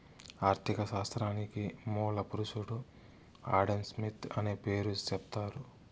ఆర్ధిక శాస్త్రానికి మూల పురుషుడు ఆడంస్మిత్ అనే పేరు సెప్తారు